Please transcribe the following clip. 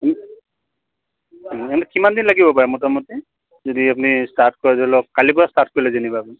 এনে কিমান দিন লাগিব পাৰে মোটামুটি যদি আপুনি ষ্টাৰ্ট কৰে যে অলপ কালিৰ পৰা ষ্টাৰ্ট কৰিলে যেনিবা